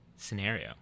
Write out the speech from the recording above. Scenario